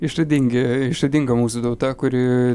išradingi išradinga mūsų tauta kuri